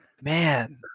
Man